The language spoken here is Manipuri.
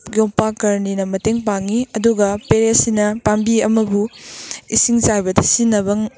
ꯌꯣꯝꯄꯥꯛ ꯀꯔꯅꯤꯅ ꯃꯇꯦꯡ ꯄꯥꯡꯉꯤ ꯑꯗꯨꯒ ꯄꯦꯔꯦ ꯁꯤꯅ ꯄꯥꯝꯕꯤ ꯑꯃꯕꯨ ꯏꯁꯤꯡ ꯆꯥꯏꯕꯗ ꯁꯤꯖꯤꯟꯅꯕ